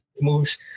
moves